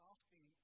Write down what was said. Asking